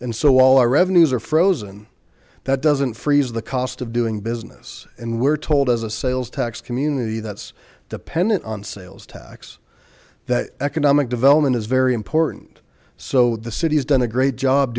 and so all our revenues are frozen that doesn't freeze the cost of doing business and we're told as a sales tax community that's dependent on sales tax that economic development is very important so the city has done a great job